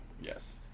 Yes